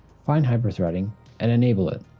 find hyper-threading and enable it.